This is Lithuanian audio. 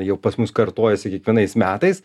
jau pas mus kartojasi kiekvienais metais